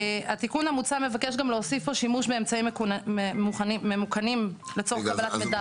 התיקון המוצע מבקש גם להוסיף פה שימוש באמצעים ממוכנים לצורך קבלת מידע.